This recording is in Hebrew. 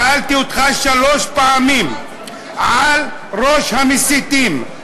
ושאלתי אותך שלוש פעמים על ראש המסיתים,